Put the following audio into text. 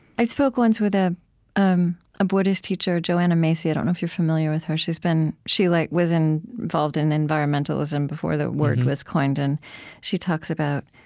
i spoke, once, with a um buddhist teacher, joanna macy. i don't know if you're familiar with her. she's been she like was involved in environmentalism before the word was coined. and she talks about,